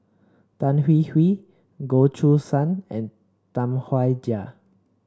Tan Hwee Hwee Goh Choo San and Tam Wai Jia